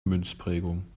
münzprägung